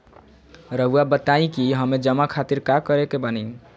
रहुआ बताइं कि हमें जमा खातिर का करे के बानी?